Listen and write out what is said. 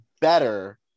better